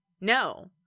No